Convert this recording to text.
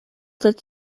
that